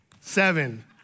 seven